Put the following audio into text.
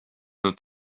het